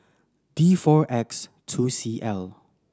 D four X two C L